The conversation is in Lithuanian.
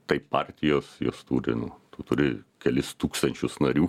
taip partijos jos turi nu tu turi kelis tūkstančius narių